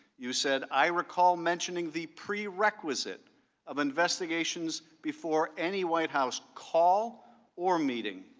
you said i recall mentioning the prerequisite of investigations before any white house call or meeting.